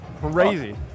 Crazy